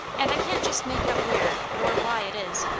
and i can't just make out where, or why it is.